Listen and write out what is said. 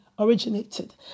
originated